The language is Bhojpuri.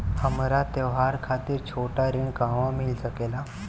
हमरा त्योहार खातिर छोटा ऋण कहवा मिल सकेला?